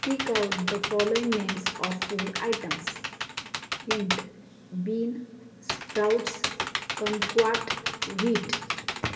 speak out the following names of food items hint bean sprouts kumquat wheat